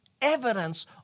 evidence